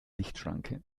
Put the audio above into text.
lichtschranke